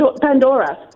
Pandora